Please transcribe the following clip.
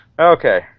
Okay